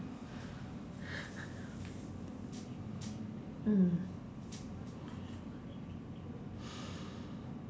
hmm